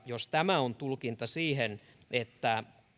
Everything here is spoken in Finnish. jos tämä on tulkinta siihen että